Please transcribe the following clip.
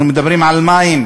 אנחנו מדברים על מים